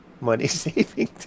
money-saving